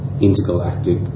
intergalactic